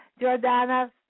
Jordana